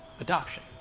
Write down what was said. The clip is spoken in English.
adoption